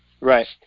Right